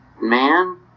man